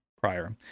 prior